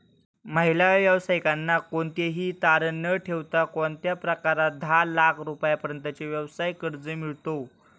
महिला व्यावसायिकांना कोणतेही तारण न ठेवता कोणत्या प्रकारात दहा लाख रुपयांपर्यंतचे व्यवसाय कर्ज मिळतो?